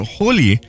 holy